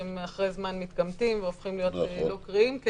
שאחרי זמן הם מתקמטים והופכים להיות לא קריאים,